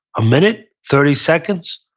a minute? thirty seconds?